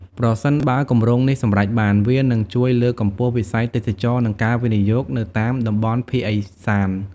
ប្រសិនបើគម្រោងនេះសម្រេចបាន វានឹងជួយលើកកម្ពស់វិស័យទេសចរណ៍និងការវិនិយោគនៅតាមតំបន់ភាគឦសាន។